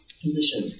position